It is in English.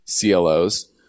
CLOs